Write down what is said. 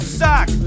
suck